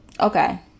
Okay